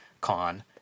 con